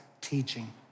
teaching